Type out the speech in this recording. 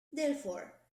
therefore